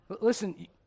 Listen